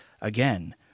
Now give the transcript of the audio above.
again